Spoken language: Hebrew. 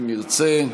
אם ירצה.